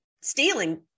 stealing